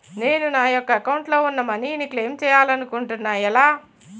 నేను నా యెక్క అకౌంట్ లో ఉన్న మనీ ను క్లైమ్ చేయాలనుకుంటున్నా ఎలా?